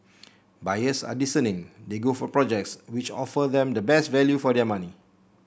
buyers are discerning they go for projects which offer them the best value for their money